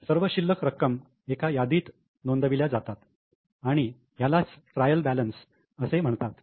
सर्व शिल्लक रक्कम एका यादीत नोंदविल्या जातात आणि यालाच ट्रायल बॅलन्स असे म्हणतात